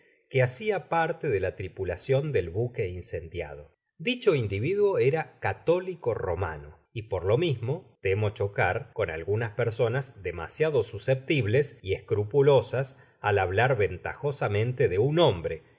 que hacia parte de la tripulacion del buque incendiado i icho individuo era católico romano y por lo mismo temo chocar con algunas personas demasiado susceptibles y escrupulosas al hablar ventajosamente de un hombre